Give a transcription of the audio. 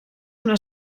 una